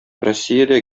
россиядә